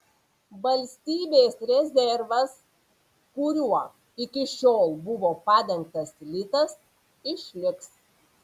valstybės rezervas kuriuo iki šiol buvo padengtas litas išliks